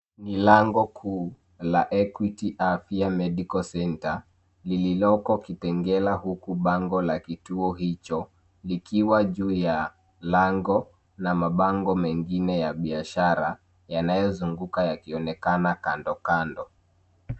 Ni lango kuu la equity afya medical centre lililoko Kitengela huku bango la kitu hicho likiwa juu ya lango la mabango mengine ya biashara yanayozunguka yakionekana kandokando.